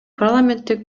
парламенттик